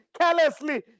carelessly